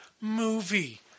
movie